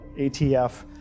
ATF